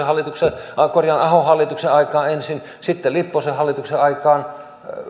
hallituksen aikaan ahon hallituksen aikaan sitten lipposen hallituksen aikaan